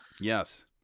Yes